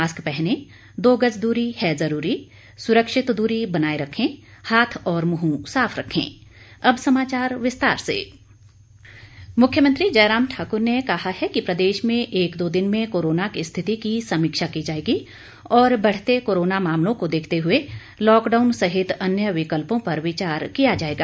mask पहनें दो गज दूरी है जरूरी सुरक्षित दूरी बनाये रखें हाथ और मुंह साफ रखें सीएम कोविड मुख्यमंत्री जयराम ठाकुर ने कहा है कि प्रदेश में एक दो दिन में कोरोना की स्थिति की समीक्षा की जाएगी और बढ़ते कोरोना मामलों को देखते हुए लॉकडाउन सहित अन्य विकल्पों पर विचार किया जाएगा